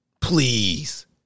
Please